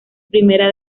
primera